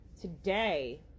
today